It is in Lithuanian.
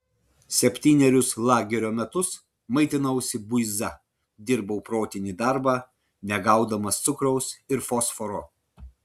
septynerius lagerio metus maitinausi buiza dirbau protinį darbą negaudamas cukraus ir fosforo